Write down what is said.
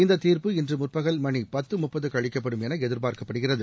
இந்தத் தீர்ப்பு இன்று முற்பகல் மணி பத்து முப்பதுக்கு அளிக்கப்படும் என எதிர்பார்க்கப்படுகிறது